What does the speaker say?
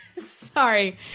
Sorry